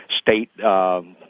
state –